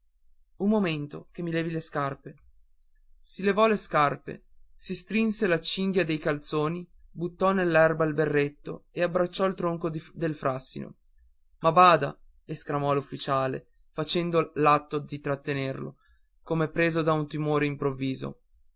un momento che mi levi le scarpe si levò le scarpe si strinse la cinghia dei calzoni buttò nell'erba il berretto e abbracciò il tronco del frassino ma bada esclamò l'ufficiale facendo l'atto di trattenerlo come preso da un timore improvviso